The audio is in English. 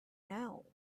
know